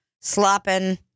slopping